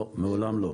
לא, מעולם לא.